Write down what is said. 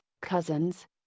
cousins